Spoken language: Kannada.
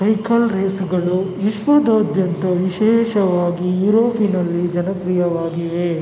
ಸೈಕಲ್ ರೇಸುಗಳು ವಿಶ್ವದಾದ್ಯಂತ ವಿಶೇಷವಾಗಿ ಯುರೋಪಿನಲ್ಲಿ ಜನಪ್ರಿಯವಾಗಿವೆ